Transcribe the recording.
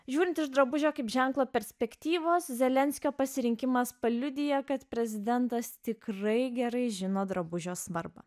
žiūrint iš drabužio kaip ženklo perspektyvos zelenskio pasirinkimas paliudija kad prezidentas tikrai gerai žino drabužio svarbą